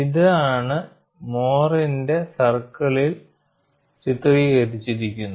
ഇത് ആണ് മോഹറിന്റെ സർക്കിളിൽ Mohr's circle ചിത്രീകരിച്ചിരിക്കുന്നത്